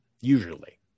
Usually